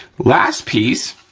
last piece